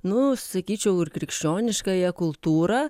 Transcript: nu sakyčiau ir krikščioniškąją kultūrą